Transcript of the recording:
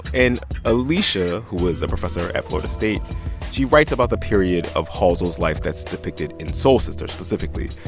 and alisha, who is a professor at florida state she writes about the period of halsell's life that's depicted in soul sister specifically.